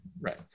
Right